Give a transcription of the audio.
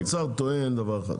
לא, שר האוצר טוען דבר אחד.